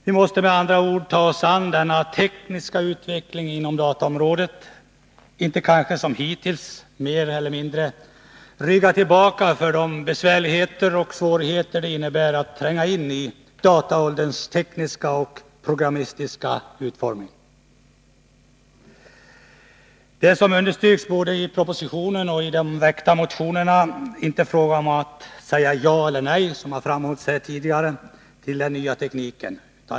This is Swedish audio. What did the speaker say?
Vi måste med andra ord ta oss an den tekniska utvecklingen inom dataområdet, inte kanske som hittills mer eller mindre rygga tillbaka för de besvärligheter och svårigheter det innebär att tränga in i dataålderns tekniska och programmatiska utformning. Det är, som understryks både i propositionen och i de väckta motionerna och som framhållits här tidigare, inte fråga om att säga ja eller nej till den nya tekniken.